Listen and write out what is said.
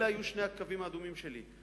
אלו היו שני הקווים האדומים שלי: